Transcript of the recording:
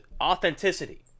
authenticity